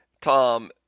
Tom